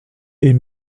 est